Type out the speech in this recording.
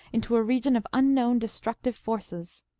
into a region of unknown destructive forces.